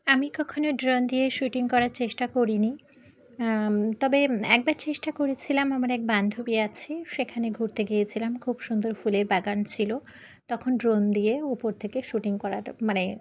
আমি কখনও ড্রোন দিয়ে শ্যুটিং করার চেষ্টা করিনি তবে একবার চেষ্টা করেছিলাম আমার এক বান্ধবী আছে সেখানে ঘুরতে গিয়েছিলাম খুব সুন্দর ফুলের বাগান ছিল তখন ড্রোন দিয়ে উপর থেকে শ্যুটিং করাটা মানে